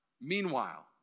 Meanwhile